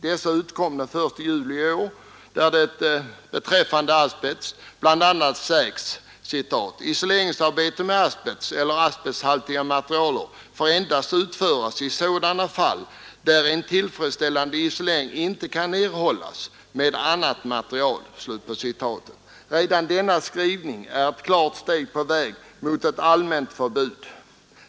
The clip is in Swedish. Dessa utkom den 1 juli i år, och beträffande asbest stadgas där bl.a.: ”Isoleringsarbete med asbest eller asbesthaltigt material får endast utföras i sådana fall, där en tillfredsställande isolering inte kan erhållas med annat material.” Redan denna skrivning är ett klart steg på vägen mot ett allmänt förbud.